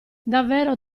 davvero